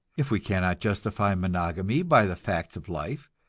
if we cannot justify monogamy by the facts of life,